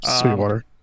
Sweetwater